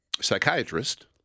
psychiatrist